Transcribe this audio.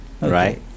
Right